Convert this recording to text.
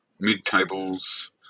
mid-tables